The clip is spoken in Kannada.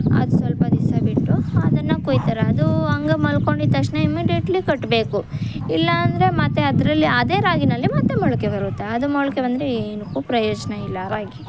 ಅದು ಸ್ವಲ್ಪ ದಿವ್ಸ ಬಿಟ್ಟು ಅದನ್ನು ಕೊಯ್ತಾರೆ ಅದೂ ಅಂಗ ಮಲ್ಕೊಂಡಿದ್ದ ತಕ್ಷಣ ಇಮಿಡೆಟ್ಲಿ ಕಟ್ಟಬೇಕು ಇಲ್ಲ ಅಂದರೆ ಮತ್ತೆ ಅದರಲ್ಲಿ ಅದೇ ರಾಗಿಯಲ್ಲೇ ಮತ್ತೆ ಮೊಳಕೆ ಬರುತ್ತೆ ಅದು ಮೊಳಕೆ ಬಂದರೆ ಏನಕ್ಕೂ ಪ್ರಯೋಜನ ಇಲ್ಲ ಆ ರಾಗಿ